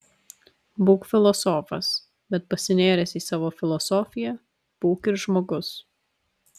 būk filosofas bet pasinėręs į savo filosofiją būk ir žmogus